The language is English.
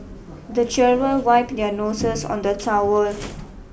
the children wipe their noses on the towel